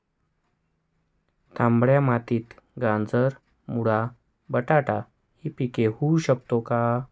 तांबड्या मातीत गाजर, मुळा, बटाटा हि पिके घेऊ शकतो का?